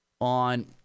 on